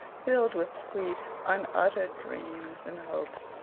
filled with sweet, unuttered dreams and hopes,